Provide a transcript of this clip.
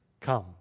Come